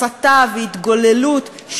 הסתה והתגוללות,